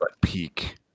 peak